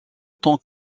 tant